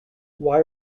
why